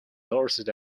dorset